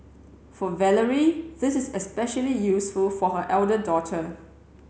for Valerie this is especially useful for her elder daughter